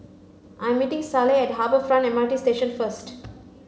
I'm meeting Selah at Harbour Front M R T Station first